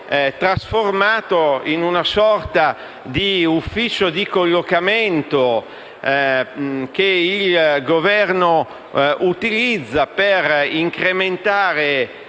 trasformato in una sorta di ufficio di collocamento che il Governo utilizza per incrementare